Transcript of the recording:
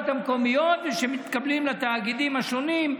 המקומיות ושמתקבלים לתאגידים השונים,